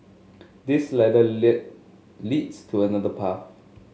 this ladder lead leads to another path